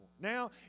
Now